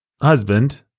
husband